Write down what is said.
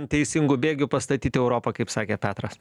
teisingų bėgių pastatyt europą kaip sakė petras